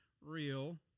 real